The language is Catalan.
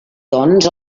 doncs